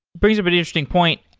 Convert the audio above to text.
brings up an interesting point.